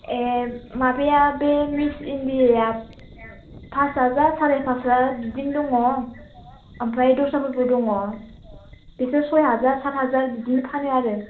ए माबाया बे मिस इण्डियाया फास हाजार साराइ फास हाजार बिदिनि दङ ओमफ्राय दस्राफोरबो दङ बिसोर सय हाजार साथ हाजार बिदि फानो आरो